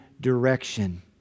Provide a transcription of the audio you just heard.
direction